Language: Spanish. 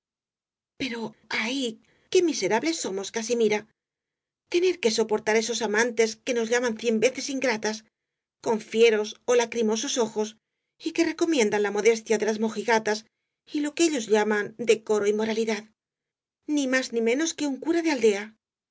pero ay qué miserables somos casimira tener que soportar esos amantes que nos llaman cien veces ingratas con fieros ó lacrimosos ojos y que recomiendan la modestia de las mojigatas y lo que ellos llaman decoro y moralidad ni más ni menos que un cura de aldea